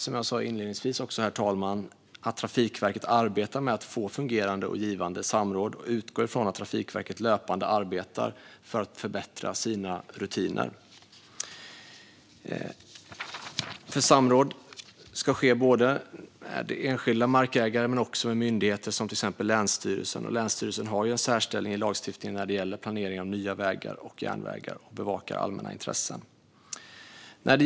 Som jag sa inledningsvis har jag förtroende för att Trafikverket arbetar med att få fungerande och givande samråd. Jag utgår från att Trafikverket löpande arbetar för att förbättra sina rutiner. Samråd ska ske med enskilda markägare men också med myndigheter som till exempel länsstyrelsen. Länsstyrelsen har en särställning i lagstiftningen när det gäller planering av nya vägar och järnvägar och bevakar allmänna intressen.